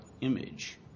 image